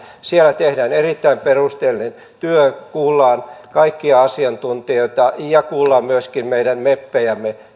siellä tehdään erittäin perusteellinen työ kuullaan kaikkia asiantuntijoita kuullaan myöskin meidän meppejämme